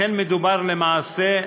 לכן, למעשה,